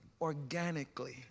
organically